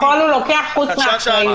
הכול הוא לוקח חוץ מאחריות.